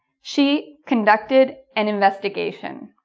she conducted an investigation